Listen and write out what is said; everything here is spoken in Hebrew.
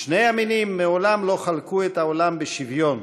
"שני המינים מעולם לא חלקו את העולם בשוויון,